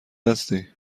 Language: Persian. هستی